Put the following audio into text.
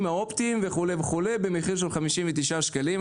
האופטיים וכולי וכולי במחיר של 59 שקלים.